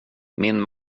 min